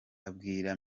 abwira